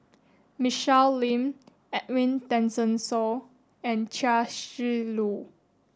Michelle Lim Edwin Tessensohn and Chia Shi Lu